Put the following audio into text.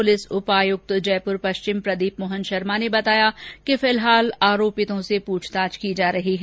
police उपायुक्त जयपुर पश्चिम प्रदीप मोहन शर्मा ने बताया कि फिलहाल आरोपितों से पूछताछ की जा रही है